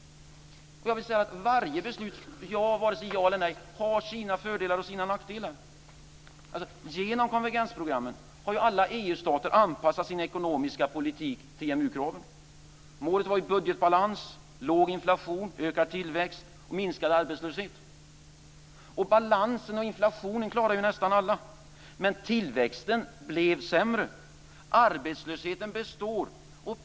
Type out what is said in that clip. Varje beslut, vare sig ja eller nej, har sina för och nackdelar. Genom konvergensprogrammen har alla EU-stater anpassat sin ekonomiska politik till EMU-kraven. Målen var budgetbalans, låg inflation, ökad tillväxt och minskad arbetslöshet. Balansen och inflationen klarade nästan alla, men tillväxten blev sämre och arbetslösheten består.